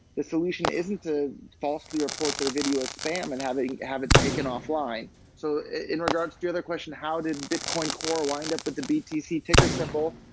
the solution isn't to falsely report their video as spam and have it taken offline so in regards to the other question, how did bitcoin core wind up with the btc ticker symbol?